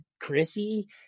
Chrissy